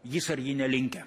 jis ar ji nelinkę